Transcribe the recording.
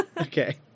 Okay